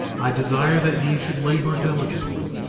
i desire that ye should labor diligently,